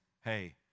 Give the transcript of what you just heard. hey